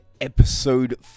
episode